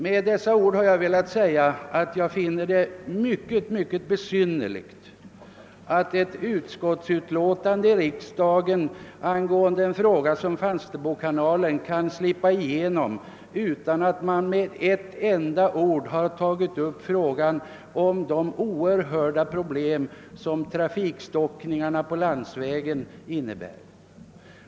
Med dessa ord har jag velat säga att jag finner det besynnerligt att utskottsutlåtandet angående Falsterbokanalen har kunnat skrivas utan att man med ett enda ord tar upp de oerhörda problem som trafikstockningarna på landsvägen innebär.